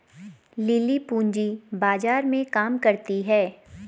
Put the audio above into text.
lily पूंजी बाजार में काम करती है